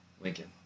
lincoln